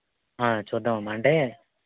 చూద్దాము అంటే